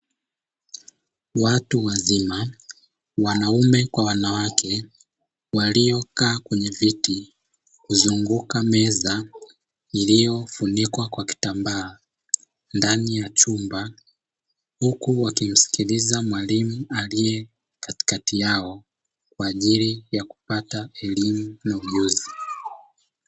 Watu wazima wanaume kwa wanawake waliokaa kwenye viti; kuzunguka meza iliyofunikwa kwa kitambaa ndani ya chumba, huku wakimsikiliza mwalimu aliye katikati yao kwa ajili ya kupata elimu na ujuzi.